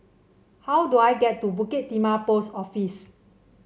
how do I get to Bukit Timah Post Office